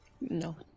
No